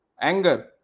anger